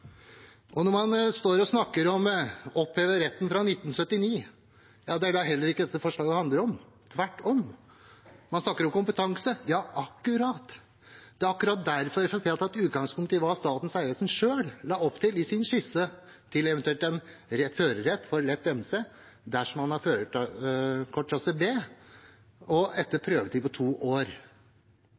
Når man står og snakker om å oppheve retten fra 1979, er det heller ikke det dette forslaget handler om, tvert om. Man snakker om kompetanse – ja, akkurat! Det er akkurat derfor Fremskrittspartiet har tatt utgangspunkt i hva Statens vegvesen selv la opp til i sin skisse til en eventuell førerrett for lett MC dersom man har førerkort klasse B, og etter en prøvetid på to år.